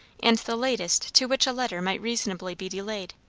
and the latest to which a letter might reasonably be delayed.